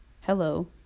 Hello